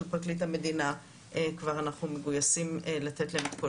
פרקליט המדינה כבר אנחנו מגוייסים לתת להם את כל